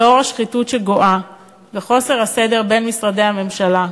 לנוכח השחיתות הגואה וחוסר הסדר בין משרדי הממשלה,